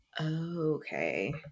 Okay